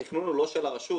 התכנון הוא לא של הרשות.